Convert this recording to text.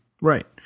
Right